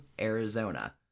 Arizona